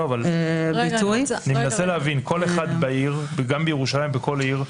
אני מנסה להבין: כל אחד, בכל עיר,